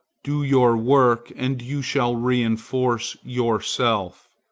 do your work, and you shall reinforce yourself.